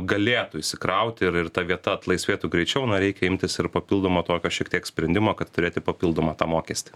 galėtų įsikrauti ir ir ta vieta atlaisvėtų greičiau na reikia imtis ir papildomo tokio šiek tiek sprendimo kad turėti papildomą tą mokestį